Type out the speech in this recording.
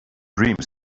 dreams